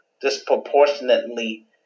disproportionately